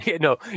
no